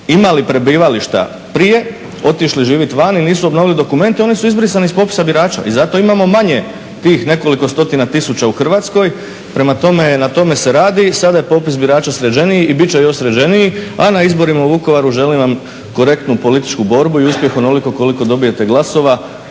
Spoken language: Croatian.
imali prebivališta prije, otišli živjeti vani i nisu obnovili dokumente, oni su izbrisani s popisa birača i zato imamo manje tih nekoliko stotina tisuća u Hrvatskoj, prema tome na tome se radi. Sada je popis birača sređeniji i bit će još sređeniji, a na izborima u Vukovaru želim vam korektnu političku borbu i uspjeh onoliko koliko dobijete glasova